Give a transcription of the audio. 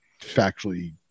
factually